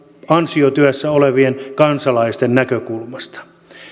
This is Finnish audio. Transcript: ansiotyössä olevien kansalaisten näkökulmasta